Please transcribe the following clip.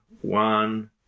one